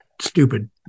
stupid